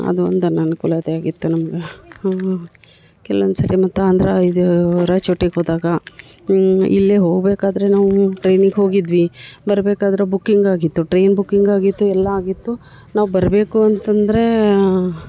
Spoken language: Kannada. ಅದು ಒಂದು ಅನನ್ಕೂಲತೆ ಆಗಿತ್ತು ನಮ್ಗೆ ಕೆಲ್ವೊಂದು ಸಾರಿ ಮತ್ತು ಆಂಧ್ರ ಇದು ರಾಯ್ಚೂಟಿಗೆ ಹೋದಾಗ ಇಲ್ಲಿ ಹೋಗಬೇಕಾದ್ರೆ ನಾವು ಟ್ರೈನಿಗೆ ಹೋಗಿದ್ವಿ ಬರಬೇಕಾದ್ರೆ ಬುಕಿಂಗ್ ಆಗಿತ್ತು ಟ್ರೈನ್ ಬುಕಿಂಗ್ ಆಗಿತ್ತು ಎಲ್ಲ ಆಗಿತ್ತು ನಾವು ಬರಬೇಕು ಅಂತ ಅಂದರೆ